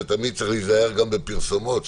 תמיד צריך להיזהר בפרסומות,